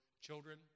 children